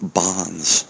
bonds